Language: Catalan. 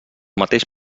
mateix